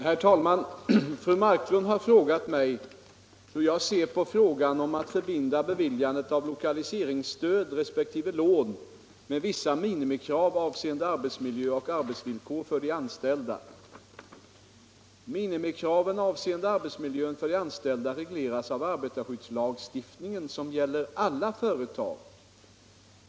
Herr talman! Fru Marklund har frågat mig hur jag ser på frågan om att förbinda beviljandet av lokaliseringsstöd resp. lokaliseringslån med vissa minimikrav avseende arbetsmiljö och arbetsvillkor för de anställda. Minimikraven avseende arbetsmiljön för de anställda regleras av arbetarskyddslagstiftningen som gäller alla företag.